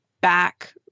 back